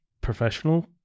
professional